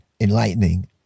enlightening